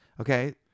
Okay